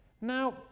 now